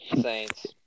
Saints